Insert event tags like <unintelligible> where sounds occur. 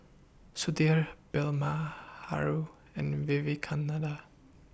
Sudhir <unintelligible> and Vivekananda